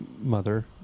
mother